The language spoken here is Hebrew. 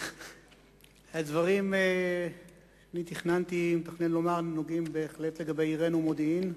הדברים שתכננתי לומר נוגעים בהחלט לעירנו מודיעין,